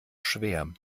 schwer